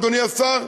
אדוני השר,